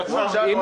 --- למה,